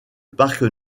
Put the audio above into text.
parc